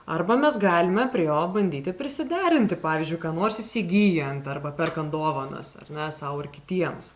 arba mes galime prie jo bandyti prisiderinti pavyzdžiui ką nors įsigyjant arba perkant dovanas ar ne sau ir kitiems